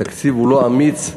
התקציב הוא לא אמיץ,